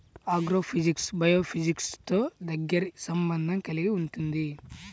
agrophysics బయోఫిజిక్స్తో దగ్గరి సంబంధం కలిగి ఉంటుంది